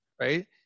Right